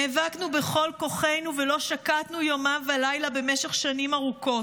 נאבקנו בכל כוחנו ולא שקטנו יומם ולילה במשך שנים ארוכות,